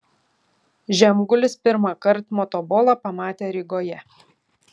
žemgulis pirmąkart motobolą pamatė rygoje